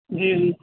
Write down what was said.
جی جی